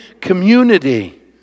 community